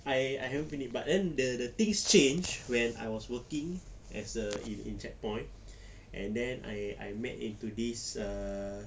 I I haven't pin it but then the the things changed when I was working as a in in checkpoint and then I I met into this uh